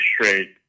straight